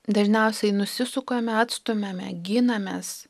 dažniausiai nusisukame atstumiame ginamės